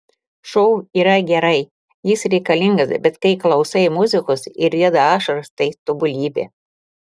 šou yra gerai jis reikalingas bet kai klausai muzikos ir rieda ašaros tai tobulybė